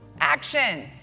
Action